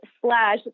slash